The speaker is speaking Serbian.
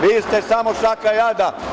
Vi ste samo šaka jada.